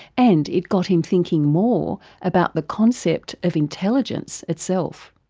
and it got him thinking more about the concept of intelligence itself.